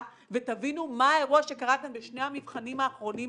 ותבינו מה האירוע שקרה כאן בשני המבחנים האחרונים.